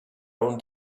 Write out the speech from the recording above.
own